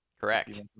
correct